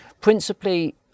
principally